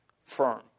firm